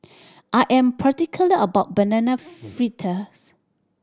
I am particular about Banana Fritters